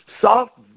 soft